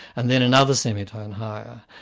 and then another semi-tone higher,